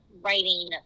writing